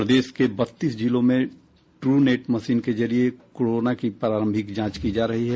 प्रदेश के बत्तीस जिलों में ट्रनेट मशीन के जरिए कोरोना की प्रारंभिक जांच की जा रही है